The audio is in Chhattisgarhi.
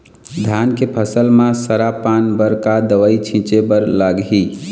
धान के फसल म सरा पान बर का दवई छीचे बर लागिही?